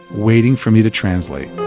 waiting for me to translate